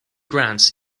grants